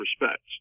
respects